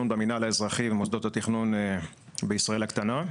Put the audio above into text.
התכנון במינהל האזרחי ומוסדות התכנון בישראל הקטנה.